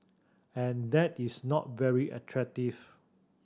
and that is not very attractive